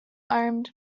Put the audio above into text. armed